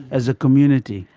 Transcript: as a community.